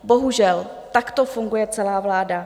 Bohužel, takto funguje celá vláda.